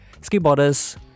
skateboarders